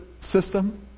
system